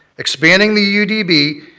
expanding the u d b.